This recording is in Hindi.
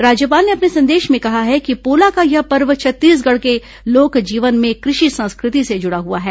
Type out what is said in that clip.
राज्यपाल ने अपने संदेश में कहा है कि पोला का यह पर्व छत्तीसगढ़ के लोक जीवन में कृषि संस्कृति से जुड़ा हुआ है